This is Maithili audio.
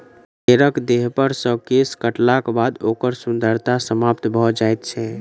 भेंड़क देहपर सॅ केश काटलाक बाद ओकर सुन्दरता समाप्त भ जाइत छै